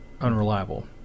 unreliable